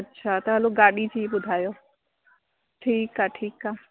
अच्छा त हलो गाॾी जी ॿुधायो ठीकु आहे ठीकु आहे